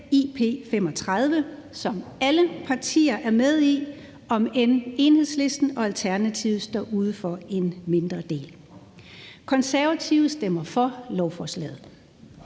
IP35, som alle partier er med i, om end Enhedslisten og Alternativet står uden for en mindre del. Konservative stemmer for lovforslaget.